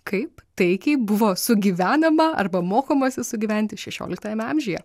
kaip taikiai buvo sugyvenama arba mokomasi sugyventi šešioliktajame amžiuje